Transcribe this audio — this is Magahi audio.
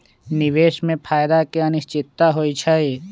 निवेश में फायदा के अनिश्चितता होइ छइ